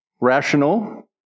rational